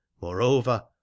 moreover